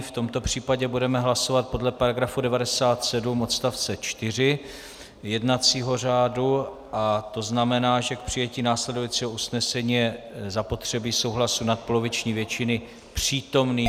V tomto případě budeme hlasovat podle § 97 odst. 4 jednacího řádu, to znamená, že k přijetí následujícího usnesení je zapotřebí souhlasu nadpoloviční většiny přítomných poslanců.